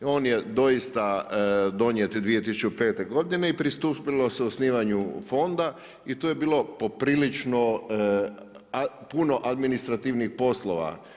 On je doista donijet 2005. godine i pristupilo se osnivanju fonda i tu je bilo poprilično puno administrativnih poslova.